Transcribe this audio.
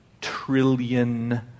trillion